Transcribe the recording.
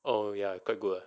oh ya quite good